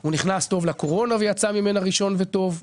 הוא גם נכנס טוב לקורונה ויצא ממנה ראשון וטוב,